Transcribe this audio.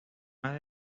más